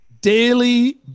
daily